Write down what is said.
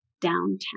Downtown